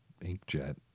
inkjet